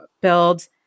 build